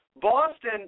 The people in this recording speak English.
Boston